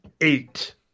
eight